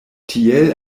tiel